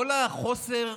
כל החוסר,